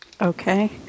Okay